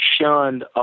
Shunned